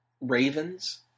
Ravens